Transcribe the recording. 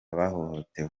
bahohotewe